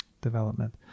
development